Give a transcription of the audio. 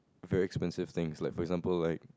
very expensive things like for example like